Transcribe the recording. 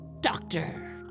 doctor